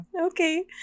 okay